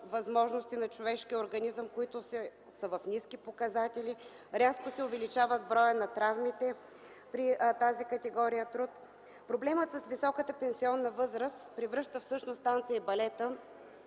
възможности на човешкия организъм в ниски показатели, рязко се увеличава броят на травмите при тази категория труд. Проблемът с високата пенсионна възраст превръща всъщност танца и балета